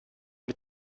mit